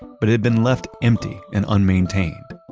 but it had been left empty and unmaintained.